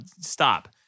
stop